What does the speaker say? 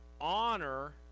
honor